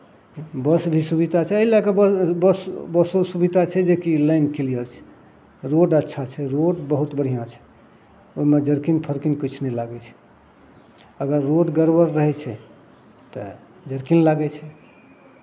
बस भी सुविधा छै एहि लए कऽ ब् बस बसो सुविधा छै जेकि लाइन किलयर छै रोड अच्छा छै रोड बहुत बढ़िआँ छै ओहिमे जरकिन फरकिन किछु नहि लागै छै अगर रोड गड़बड़ रहै छै तऽ जरकिन लागै छै